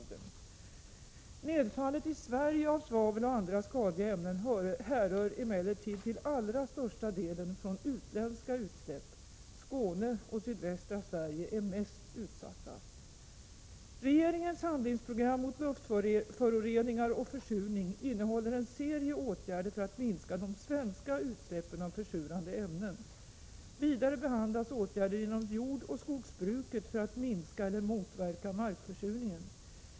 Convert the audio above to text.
63 Nedfallet i Sverige av svavel och andra skadliga ämnen härrör emellertid till allra största delen från utländska utsläpp. Skåne och sydvästra Sverige är mest utsatta. Regeringens handlingsprogram mot luftföroreningar och försurning innehåller en serie åtgärder för att minska de svenska utsläppen av försurande ämnen. Vidare behandlas åtgärder inom jordoch skogsbruket för att minska eller motverka markförsurningen.